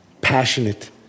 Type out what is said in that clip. passionate